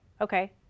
okay